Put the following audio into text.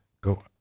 go